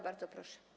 Bardzo proszę.